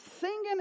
singing